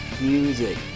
music